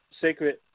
sacred